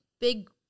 big